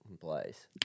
place